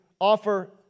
offer